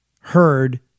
heard